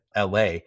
la